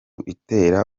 itera